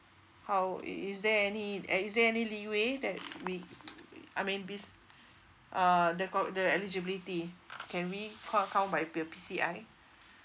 how is is there any is there any leeway that we I mean uh the eligibility can we count by the P_C_I